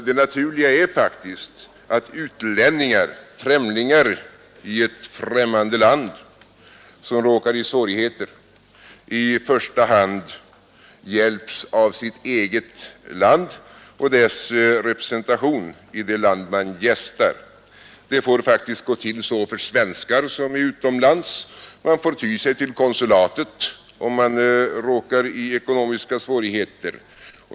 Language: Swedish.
Det naturliga är faktiskt att utlänningar, människor i främmande land som råkar i svårigheter, i första hand hjälps av sitt eget land och dess representation i det land man gästar. Det får faktiskt gå till så för svenskar som är utomlands. De får ty sig till konsulatet, om de råkar i ekonomiska svårigheter.